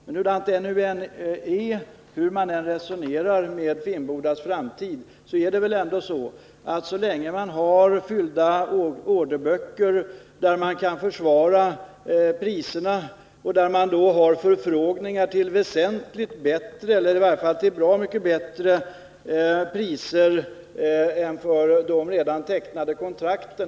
Men hur man än resonerar när det gäller Finnbodas framtid är det befogat att ställa en fråga: Är det bra för svensk varvsindustri att man avstår från att låta det här varvet räkna på förfrågningar som gäller produktion till mycket bättre priser än dem man får för redan tecknade kontrakt?